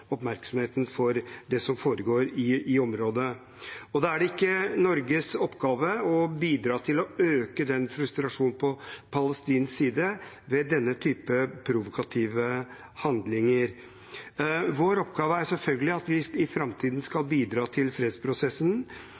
oppmerksomheten fra det som foregår i området. Da er det ikke Norges oppgave å bidra til å øke den frustrasjonen på palestinsk side ved denne typen provokative handlinger. Vår oppgave er selvfølgelig at vi i framtiden skal bidra til fredsprosessen,